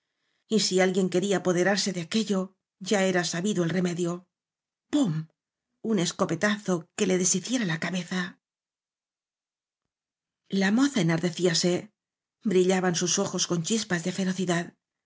si alguien quería apoderarse de aquello ya era sabido el remedio pum un escopetazo que le deshiciera la cabeza la moza enardecíase brillaban sus ojos con chispas de ferocidad